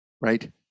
Right